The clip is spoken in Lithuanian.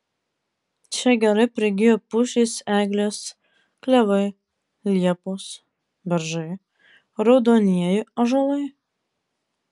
čia gerai prigijo pušys eglės klevai liepos beržai raudonieji ąžuolai